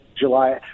July